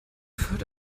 führt